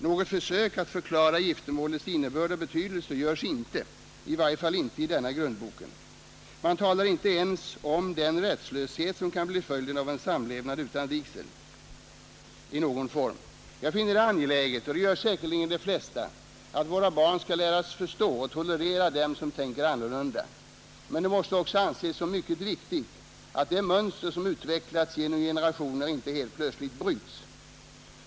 Något försök att förklara giftermålets innebörd och betydelse görs inte, i varje fall inte i denna grundbok. Man talar inte ens om den rättslöshet som kan bli följden av en samlevnad utan vigsel i någon form. nas behandling av familjen och dess roll i samhället Jag finner det angeläget, och det gör säkerligen de flesta, att våra barn skall läras förstå och tolerera dem som tänker annorlunda. Men det måste också anses som mycket viktigt att det mönster som utvecklats genom generationer inte helt plötsligt bryts.